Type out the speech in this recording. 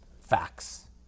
facts